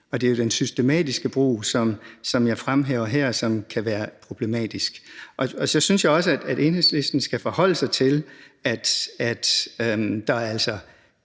og det er jo den systematiske brug, som jeg her fremhæver kan være problematisk. Og så synes jeg også, at Enhedslisten skal forholde sig til, at det